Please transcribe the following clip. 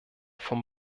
vom